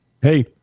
Hey